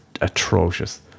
atrocious